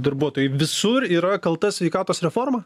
darbuotojai visur yra kalta sveikatos reforma